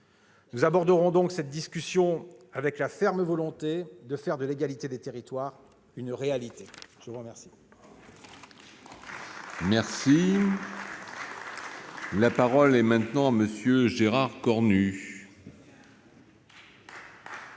Nous aborderons donc cette discussion avec la ferme volonté de faire de l'égalité des territoires une réalité. La parole